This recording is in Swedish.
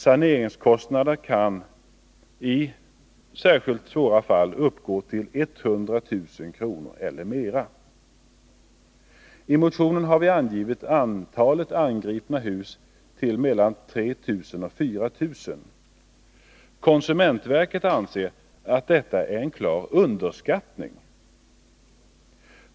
Saneringskostnaderna kan i särskilt svåra fall uppgå till 100 000 kr. eller mera. I motionen har vi angivit antalet angripna hus till mellan 3 000 och 4 000. Konsumentverket anser att detta är en klar underskattning.